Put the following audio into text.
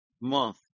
month